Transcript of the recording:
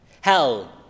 Hell